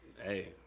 hey